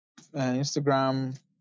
Instagram